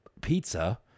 pizza